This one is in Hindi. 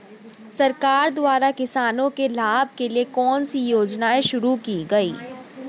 सरकार द्वारा किसानों के लाभ के लिए कौन सी योजनाएँ शुरू की गईं?